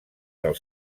del